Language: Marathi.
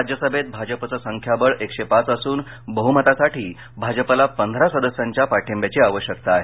राज्यसभेत भाजपचं संख्याबळ एकशे पाच असून बहुमतासाठी भाजपला पंधरा सदस्यांच्या पाठिंब्याची आवश्यकता आहे